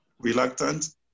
reluctant